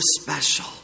special